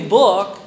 book